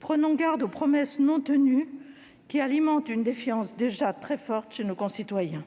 Prenons garde aux promesses non tenues qui alimentent une défiance déjà très forte chez nos concitoyens